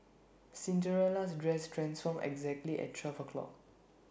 Cinderella's dress transformed exactly at twelve o'clock